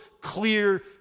clear